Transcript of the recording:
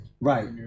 Right